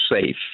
safe